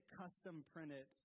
custom-printed